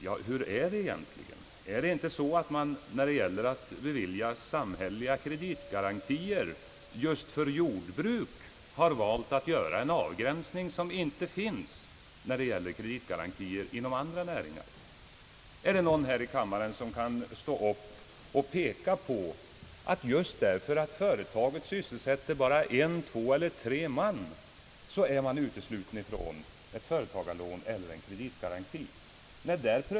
Ja, hur är det egentligen? Just när det gäller att bevilja samhälleliga kreditgarantier har man just för jordbruk valt att göra en avgränsning, som inte förekommer i fråga om kreditgarantier inom andra näringar. Kan någon här i kammaren stå upp och peka på att ett företag just därför att det sysselsätter bara en, två eller tre man är uteslutet från ett företagarlån eller en kreditgaranti?